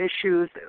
issues